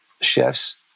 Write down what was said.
chefs